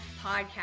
Podcast